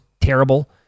terrible